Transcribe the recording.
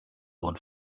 und